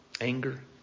anger